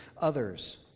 others